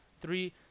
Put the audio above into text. three